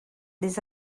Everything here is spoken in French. des